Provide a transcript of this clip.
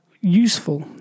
useful